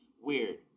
weird